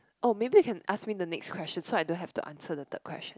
oh maybe you can ask me the next question so I don't have to answer the third question